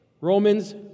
Romans